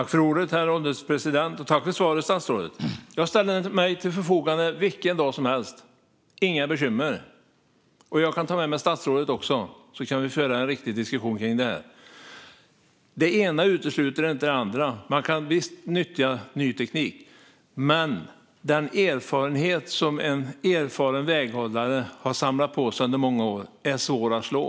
Herr ålderspresident! Tack för svaret, statsrådet! Jag ställer mig till förfogande vilken dag som helst, inga bekymmer. Och jag kan ta med mig statsrådet, så kan vi föra en riktig diskussion kring detta. Det ena utesluter inte det andra. Man kan visst nyttja ny teknik. Men den erfarenhet som en erfaren väghållare har samlat på sig under många år är svår att slå.